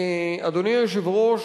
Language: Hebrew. אדוני היושב-ראש,